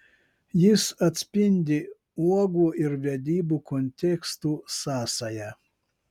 jis atspindi uogų ir vedybų kontekstų sąsają